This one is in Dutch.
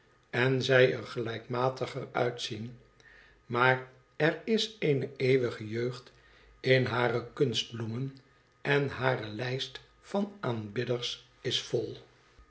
en zij er gelijkmatiger uitzien maar er is eene eeuwige jeugd in hare kunstbloemen en hare mst van aanbidders is vol